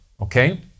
Okay